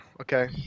Okay